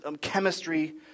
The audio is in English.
chemistry